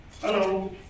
Hello